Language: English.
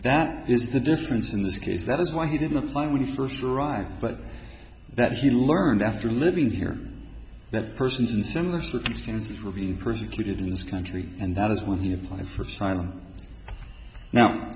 that is the difference in this case that is why he didn't apply when he first arrived but that he learned after living here that persons in similar circumstances were being persecuted in this country and that is when he applied for